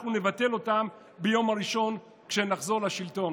אנחנו נבטל אותן ביום הראשון שנחזור לשלטון.